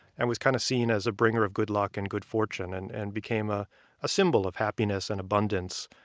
and was kind of seen as a bringer of good luck and good fortune. he and and became ah a symbol of happiness and abundance.